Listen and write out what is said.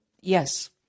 Yes